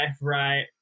right